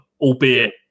albeit